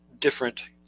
different